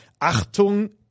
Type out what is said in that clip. Achtung